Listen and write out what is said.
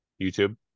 youtube